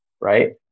right